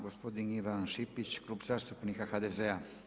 Gospodin Ivan Šipić, Klub zastupnika HDZ-a.